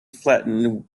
flattened